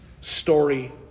story